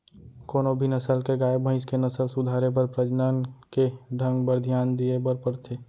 कोनों भी नसल के गाय, भईंस के नसल सुधारे बर प्रजनन के ढंग बर धियान दिये बर परथे